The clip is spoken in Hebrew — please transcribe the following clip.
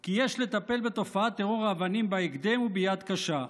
כי יש לטפל בתופעת טרור האבנים בהקדם וביד קשה.